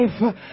life